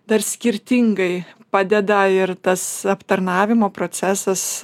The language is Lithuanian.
dar skirtingai padeda ir tas aptarnavimo procesas